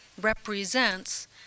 represents